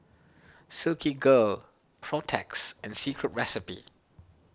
Silkygirl Protex Secret Recipe